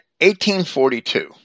1842